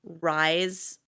Rise